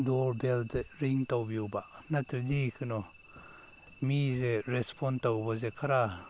door ꯕꯦꯜꯁꯦ ring ꯇꯧꯕꯤꯌꯣꯕ ꯅꯠꯇ꯭ꯔꯗꯤ ꯀꯩꯅꯣ ꯃꯤꯁꯦ ꯔꯦꯁꯄꯣꯟ ꯇꯧꯕꯁꯦ ꯈꯔ